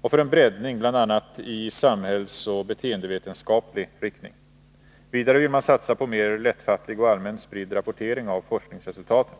och för en breddning bl.a. i samhällsoch beteendevetenskaplig riktning. Vidare vill man satsa på mer lättfattlig och allmänt spridd rapportering av forskningsresultaten.